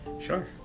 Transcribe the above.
Sure